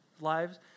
lives